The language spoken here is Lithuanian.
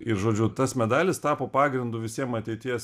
ir žodžiu tas medalis tapo pagrindu visiem ateities